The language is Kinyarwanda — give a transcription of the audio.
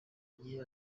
igihe